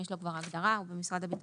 יש לו כבר הגדרה; הוא במשרד הביטחון.